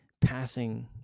passing